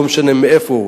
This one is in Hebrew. לא משנה מאיפה הוא,